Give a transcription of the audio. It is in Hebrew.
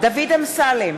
דוד אמסלם,